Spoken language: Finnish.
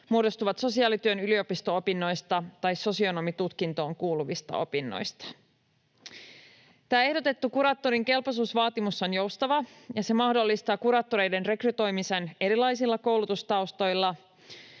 muodostuvat sosiaalityön yliopisto-opinnoista tai sosionomitutkintoon kuuluvista opinnoista. Tämä ehdotettu kuraattorin kelpoisuusvaatimus on joustava, ja se mahdollistaa kuraattoreiden rekrytoimisen erilaisilla koulutustaustoilla,